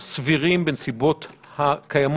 אתמול נדמה לי שהיושב-ראש דיבר על נסיבות חריגות